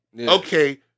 Okay